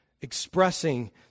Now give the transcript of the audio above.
expressing